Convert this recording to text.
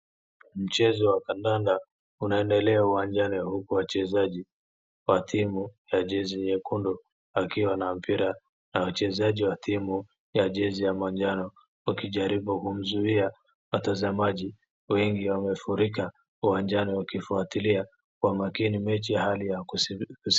Mchezo wa kandanda unaendelea uwanjani huku wachezaji wa timu jezi nyekundu wakiwa na mpira na wachezaji wa timu ya jezi ya majano wakijaribu kumzuia watazamaji. Wengi wamefurika uwanjani wakifuatilia mechi ya hali yaku[.]